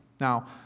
Now